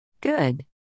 good